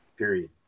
period